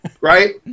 right